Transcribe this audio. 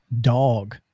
dog